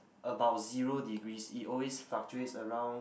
about zero degrees it always fluctuates around